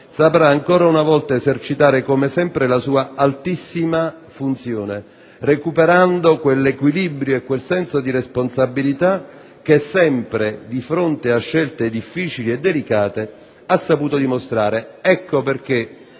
saprà ancora una volta esercitare, come sempre, la sua altissima funzione recuperando quell'equilibrio e quel senso di responsabilità che sempre, di fronte a scelte difficili e delicate, ha saputo dimostrare. Ecco perché,